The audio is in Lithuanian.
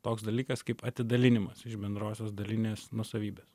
toks dalykas kaip atidalinimas iš bendrosios dalinės nuosavybės